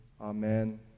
Amen